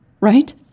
right